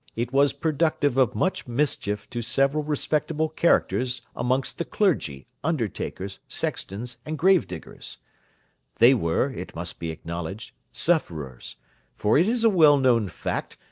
it was productive of much mischief to several respectable characters amongst the clergy, undertakers, sextons, and grave-diggers they were, it must be acknowledged, sufferers for it is a well-known fact,